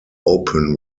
open